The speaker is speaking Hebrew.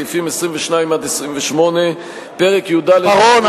סעיפים 22 28. בר-און,